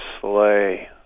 sleigh